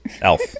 Elf